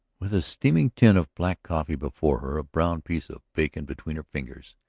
with a steaming tin of black coffee before her, brown piece of bacon between her fingers,